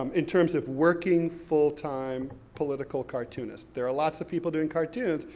um in terms of working, full time, political cartoonists. there are lots of people doing cartoons,